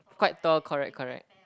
quite tall correct correct